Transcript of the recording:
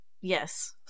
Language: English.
yes